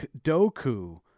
Doku